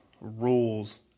rules